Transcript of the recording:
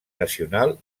nacional